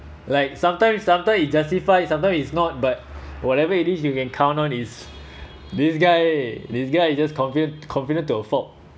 like sometimes sometime you justify sometimes is not but whatever it is you can count on is this guy this guy is just confident confident to a fault